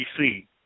BC